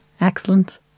Excellent